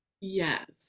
Yes